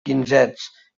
quinzets